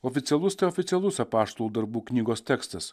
oficialus tai oficialus apaštalų darbų knygos tekstas